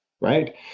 right